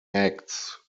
acts